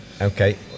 okay